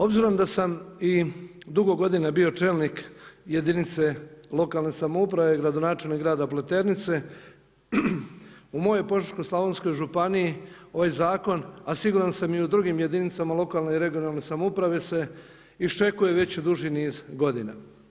Obzirom da sam i dugo godina bio čelnik jedinice lokalne samouprave i gradonačelnik grada Pleternice, u mojoj Požeško-slavonskoj županiji ovaj zakon a siguran sam i u drugim jedinicama lokalne i regionalne samouprave se iščekuje već duži niz godina.